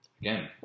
Again